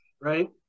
Right